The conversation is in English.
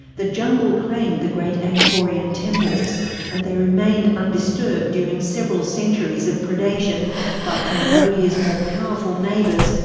the jungle reclaimed the great angkorean temples and they remained undisturbed during several centuries of predation by cambodia's more powerful neighbours,